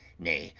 nay!